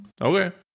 Okay